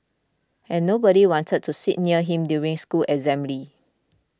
and nobody wanted to sit near him during school assembly